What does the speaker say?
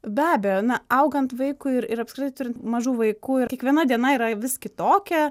be abejo na augant vaikui ir ir apskritai turint mažų vaikų ir kiekviena diena yra vis kitokia